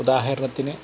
ഉദാഹരണത്തിന്